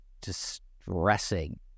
distressing